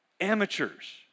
amateurs